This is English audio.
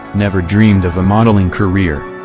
never dreamed of a modeling career.